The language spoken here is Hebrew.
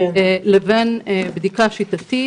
לבין בדיקה שיטתית.